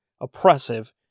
oppressive